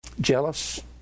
jealous